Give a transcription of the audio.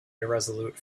irresolute